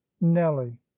nelly